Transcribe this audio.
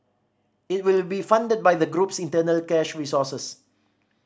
it will be funded by the group's internal cash resources